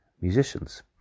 musicians